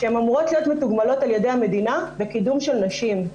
שאמורות להיות מתוגמלות על ידי המדינה לקידום של נשים,